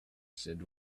said